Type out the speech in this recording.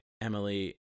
emily